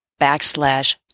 backslash